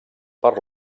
per